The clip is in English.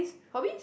hobby